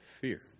Fear